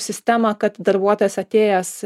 sistemą kad darbuotojas atėjęs